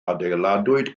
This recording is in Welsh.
adeiladwyd